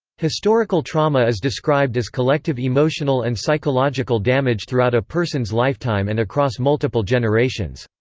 historical trauma is described as collective emotional and psychological damage throughout a person's lifetime and across multiple generations.